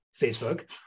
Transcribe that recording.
Facebook